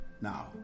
Now